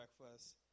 breakfast